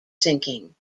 sinking